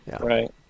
Right